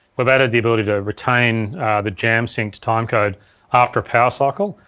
we've added the ability to retain the jam synced timecode after a power cycle,